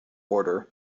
order